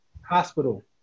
hospital